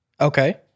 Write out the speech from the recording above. Okay